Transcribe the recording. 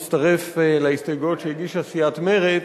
אני הייתי מצטרף להסתייגויות שהגישה סיעת מרצ,